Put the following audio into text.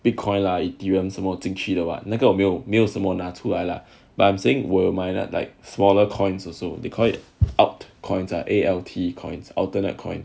bitcoin lah 什么进去的啦那个没有没有什么拿出来 but I'm saying 我有买 like smaller coins also they call it alt coins are A L T coins alternate coin